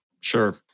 Sure